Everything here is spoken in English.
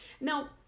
Now